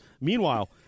Meanwhile